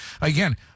Again